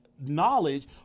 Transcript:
knowledge